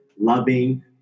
loving